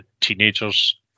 teenagers